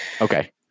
Okay